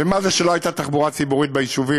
ומה זה שלא הייתה תחבורה ציבורית ביישובים